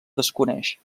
desconeix